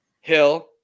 Hill